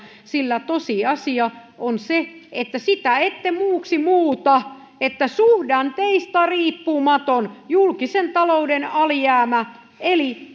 sillä tosiasia on se sitä ette muuksi muuta että suhdanteista riippumaton julkisen talouden alijäämä eli